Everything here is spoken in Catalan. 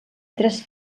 tres